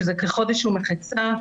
שזה כחודש ומחצה,